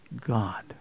God